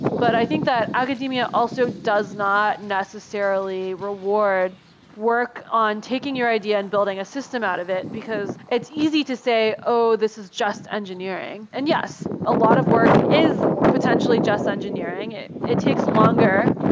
but i think that academia also does not necessarily reward work on taking your idea and building a system out of it, because it's easy to say, oh! this is just engineering. and yes, a lot of work is potentially just engineering. it it takes longer,